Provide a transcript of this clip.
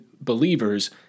believers